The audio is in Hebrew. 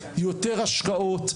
יותר השקעות.